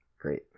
Great